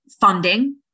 funding